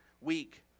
week